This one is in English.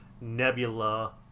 Nebula